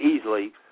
easily